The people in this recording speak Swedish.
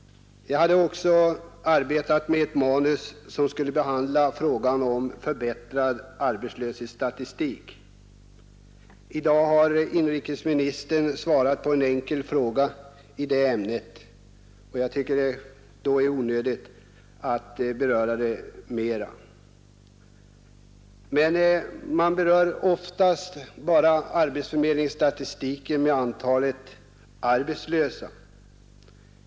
Jag hade också arbetat med ett manus, som skulle behandla frågan om en förbättrad arbetslöshetsstatistik. I dag har inrikesministern svarat på en enkel fråga i det ämnet, och jag tycker då att det är onödigt att beröra det ytterligare. Arbetsförmedlingsstatistiken ger bara uppgift om antalet arbetslösa.